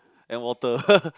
and water